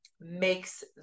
makes